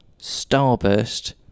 starburst